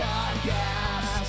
Podcast